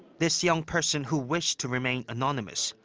this young person, who wished to remain anonymous,